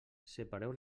separeu